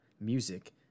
music